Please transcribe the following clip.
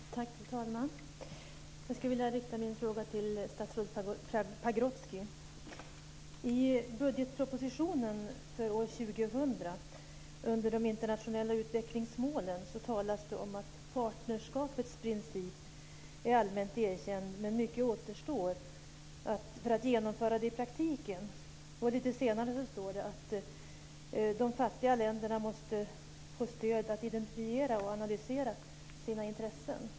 Fru talman! Jag skulle vilja rikta min fråga till statsrådet Pagrotsky. I budgetpropositionen för år 2000 talas det under avsnittet om de internationella utvecklingsmålen om att partnerskapets princip är allmänt erkänd men mycket återstår för att genomföra det i praktiken. Lite senare står det att de fattiga länderna måste få stöd att identifiera och analysera sina intressen.